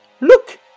Look